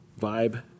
vibe